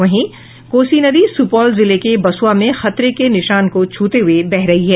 वहीं कोसी नदी सुपौल जिले के बसुआ में खतरे के निशान को छूते हुए बह रही है